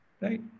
Right